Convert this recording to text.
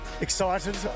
Excited